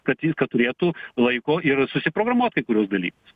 kad ji turėtų laiko ir susiprogramuot kai kurios dalykus